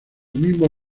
mismo